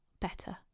better